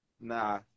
nah